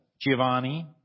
Giovanni